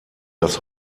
das